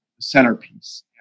Centerpiece